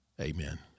Amen